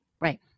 Right